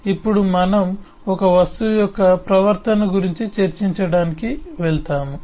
ఇప్పుడు మనం ఒక వస్తువు యొక్క ప్రవర్తన గురించి చర్చించడానికి వెళ్తాము